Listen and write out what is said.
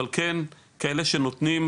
אבל כן כאלו שנותנות